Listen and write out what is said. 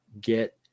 get